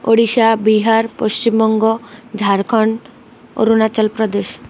Odisha Bihar Paschimbanga Jharkhand Arunachal Pradesh